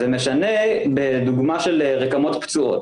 זה משנה בדוגמה של רקמות פצועות.